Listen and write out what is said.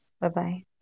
bye-bye